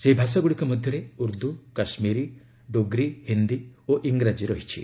ସେହି ଭାଷାଗୁଡ଼ିକ ମଧ୍ୟରେ ଉର୍ଦ୍ଦୁ କାଶ୍ମୀରୀ ଡୋର୍ଗୀ ହିନ୍ଦୀ ଓ ଇଗ୍ରାଜୀରହିଛି